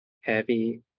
heavy